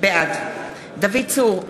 בעד דוד צור,